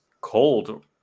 cold